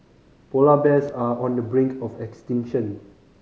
polar bears are on the brink of extinction